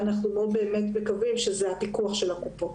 אנחנו באמת מקווים שזה הפיקוח של הקופות.